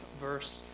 verse